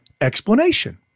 explanation